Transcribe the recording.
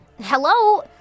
Hello